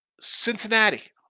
Cincinnati